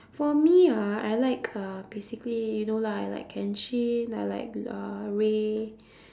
for me ah I like uh basically you know lah I like kenshin I like uh ray